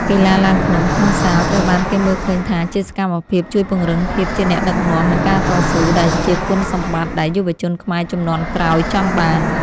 កីឡាឡើងភ្នំក្នុងសាលត្រូវបានគេមើលឃើញថាជាសកម្មភាពជួយពង្រឹងភាពជាអ្នកដឹកនាំ និងការតស៊ូ ដែលជាគុណសម្បត្តិដែលយុវជនខ្មែរជំនាន់ក្រោយចង់បាន។